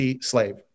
slave